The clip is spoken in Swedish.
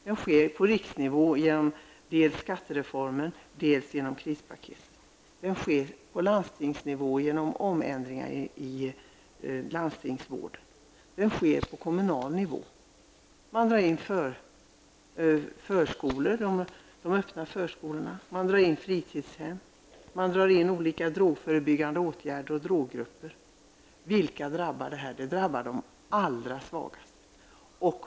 Den sker på riksnivå dels genom skattereformen, dels genom krispaketet. Den sker på landstingsnivå genom ändringar i landstingsvården. Den sker även på kommunal nivå. Man drar in öppna förskolor och fritidshem. Man drar in olika drogförebyggande åtgärder och droggrupper. Vem drabbas av detta? Det drabbar de allra svagaste.